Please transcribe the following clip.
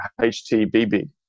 HTBB